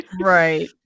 right